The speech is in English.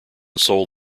sold